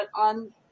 on